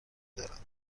دارند